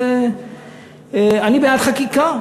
אני בעד חקיקה.